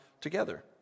together